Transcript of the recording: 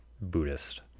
buddhist